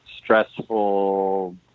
Stressful